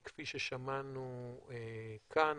כפי ששמענו כאן: